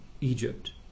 Egypt